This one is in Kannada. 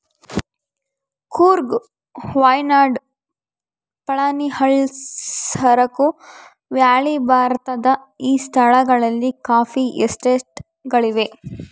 ಕೂರ್ಗ್ ವಾಯ್ನಾಡ್ ಪಳನಿಹಿಲ್ಲ್ಸ್ ಅರಕು ವ್ಯಾಲಿ ಭಾರತದ ಈ ಸ್ಥಳಗಳಲ್ಲಿ ಕಾಫಿ ಎಸ್ಟೇಟ್ ಗಳಿವೆ